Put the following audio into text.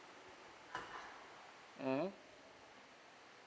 mm